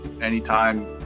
anytime